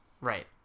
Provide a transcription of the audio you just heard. Right